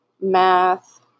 math